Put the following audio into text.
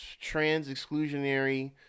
trans-exclusionary